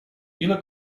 ile